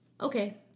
Okay